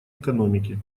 экономики